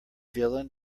dylan